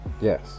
yes